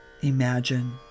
imagine